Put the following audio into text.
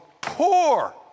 poor